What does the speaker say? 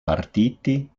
partiti